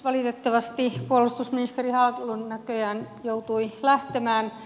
valitettavasti puolustusministeri haglund näköjään joutui lähtemään